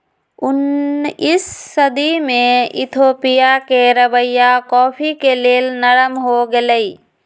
उनइस सदी में इथोपिया के रवैया कॉफ़ी के लेल नरम हो गेलइ